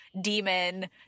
demon